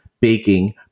baking